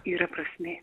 yra prasmė